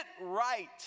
right